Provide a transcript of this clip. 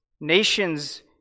nations